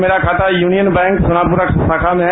मेरा खाता Union Bank शाखा में है